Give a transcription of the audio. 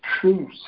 truth